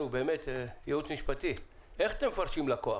הייעוץ המשפטי, איך אתם מפרשים לקוח?